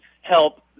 help